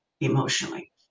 emotionally